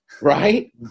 Right